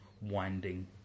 winding